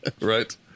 Right